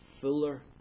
fuller